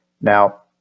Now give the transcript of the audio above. Now